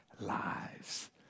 lives